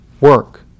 work